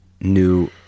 new